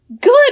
Good